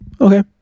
Okay